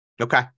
Okay